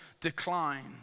decline